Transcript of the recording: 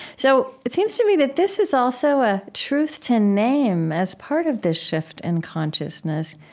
so it seems to me that this is also a truth to name as part of this shift in consciousness.